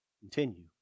Continue